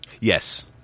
Yes